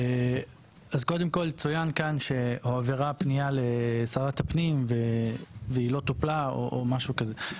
צוין כאן שהועברה פנייה לשרת הפנים והיא לא טופלה או משהו כזה.